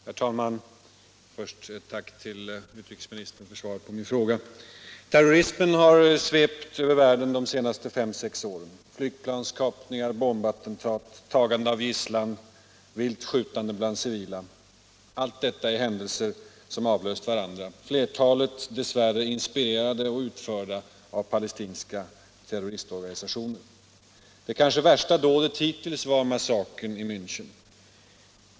Herr talman! Först ett tack till utrikesministern för svaret på min fråga! Terrorismen har svept över världen de senaste fem sex åren. Flygplanskapningar, bombattentat, tagande av gisslan, vilt skjutande bland civila — allt detta är händelser som avlöst varandra, flertalet dess värre inspirerade och utförda av palestinska terroristorganisationer. Det kanske värsta dådet hittills är massakern i Mänchen.